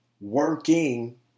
working